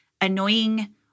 annoying